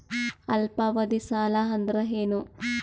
ಅಲ್ಪಾವಧಿ ಸಾಲ ಅಂದ್ರ ಏನು?